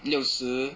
六十